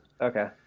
Okay